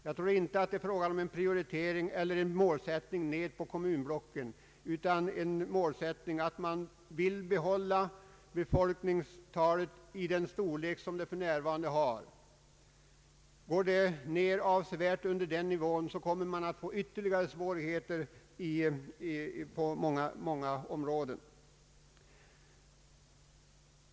Det är inte fråga om en prioritering eller en målsättning inom kommunblockens ram utan det gäller att behålla den befolkning man nu har inom de olika länen. Om folkmängden avsevärt sjunker under den nuvarande nivån, kommer områdena att drabbas av ytterligare svårigheter.